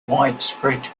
widespread